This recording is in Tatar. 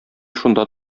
шунда